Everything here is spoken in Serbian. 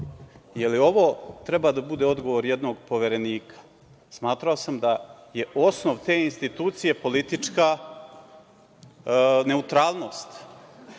Da li ovo treba da bude odgovor jednog Poverenika? Smatrao sam da je osnov te institucije politička neutralnost. Dakle,